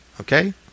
okay